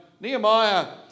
Nehemiah